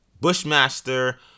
Bushmaster